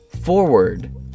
Forward